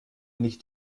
nicht